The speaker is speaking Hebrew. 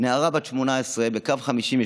נערה בת 18, בקו 52